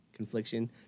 confliction